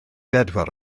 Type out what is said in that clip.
bedwar